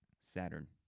Saturn